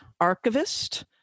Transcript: archivist